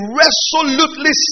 resolutely